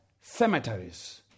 cemeteries